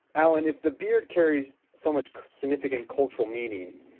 allan, if the beard carries so much significant cultural meaning,